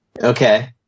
Okay